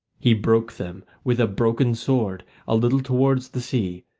he broke them with a broken sword a little towards the sea,